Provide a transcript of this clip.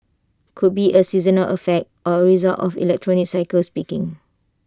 could be A seasonal effect or A result of the electronics cycle's peaking